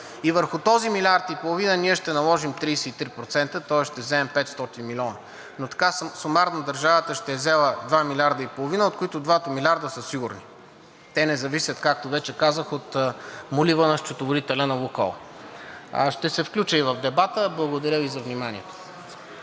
и върху този милиард и половина ние ще наложим 33%, тоест ще вземем 500 милиона. Но така сумарно държавата ще е взела 2 милиарда и половина, от които двата милиарда са сигурни – те не зависят, както вече казах, от молива на счетоводителя на „Лукойл“. Ще се включа и в дебата. Благодаря Ви за вниманието.